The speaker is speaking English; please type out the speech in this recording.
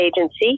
Agency